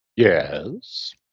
Yes